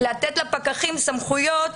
לתת לפקחים סמכויות